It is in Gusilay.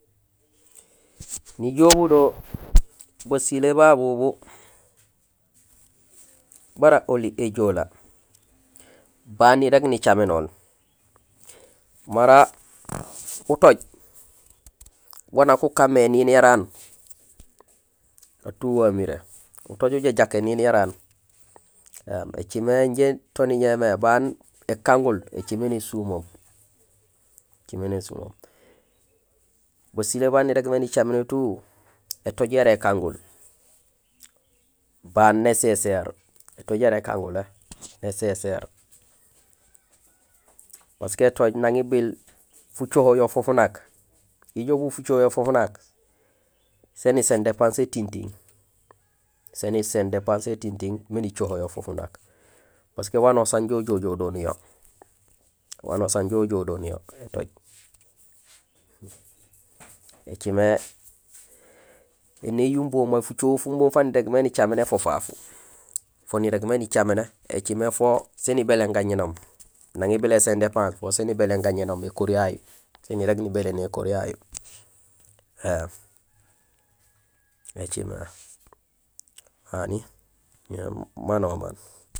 Nijool budo basilé babu ubu bara oli éjoolee, ban irég nicaménool. Mara utooj wan nak ukan mé éniin yara aan atuhee amiré, utooj ujajaak iniin yara aan écimé injé to niñé mé baan ékangul écimé nésumoom, écimé nésumoom. Basilé ban nirégmé nicaméné tout; étooj yara ékangul, baan néséséér, étooj yara ékangul lé néséséér. Parce que étooj nang ibil fucoho yo fufunak, ijoow bu fucoho yo fufunak, sén iséén dépense ya tintiiŋ, sén iséén dépense ya tintiiŋ miin icoyo fufunak. Parce que wanusaan inja ujojoow do niyo wanusaan injojoow do niyo étooj. Ēcimé éné yumboom may fucoho fumboom faan nirégmé nicaméné fo fafu. Fo nirégmé nicaméné écimé fo sén ibéléén géñénoom, nang ibilé éséén dépense, fo sén ibéléén gañénoom, nékori yayu sén irég nébéléné ékori yayu éém, écimé hani ñé manomaan.